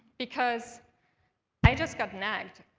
because i just got nagged.